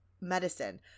medicine